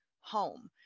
home